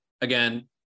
Again